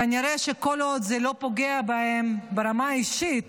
כנראה שכל עוד זה לא פוגע בהם ברמה האישית,